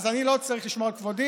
אז אני לא צריך לשמור על כבודי,